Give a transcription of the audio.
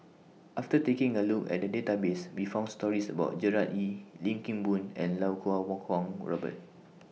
after taking A Look At The Database We found stories about Gerard Ee Lim Kim Boon and Lau Kuo Kwong Robert